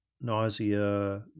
nausea